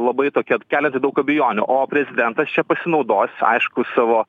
labai tokia kelianti daug abejonių o prezidentas čia pasinaudos aišku savo